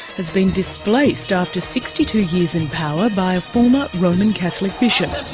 has been displaced after sixty two years in power, by a former roman catholic bishop.